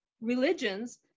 religions